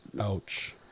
ouch